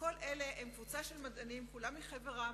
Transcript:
שכל אלה הם קבוצה של מדענים, כולם מחבר המדינות,